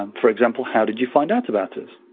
um for example, how did you find out about us?